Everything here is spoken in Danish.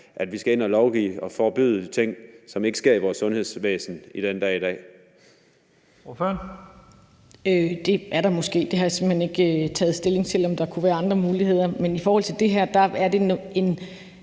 vi skal ind at lovgive og forbyde ting, som ikke sker i vores sundhedsvæsen den dag i dag.